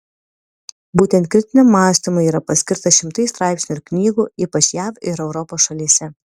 būtent kritiniam mąstymui yra paskirta šimtai straipsnių ir knygų ypač jav ir europos šalyse